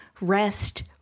rest